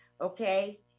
okay